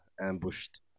ambushed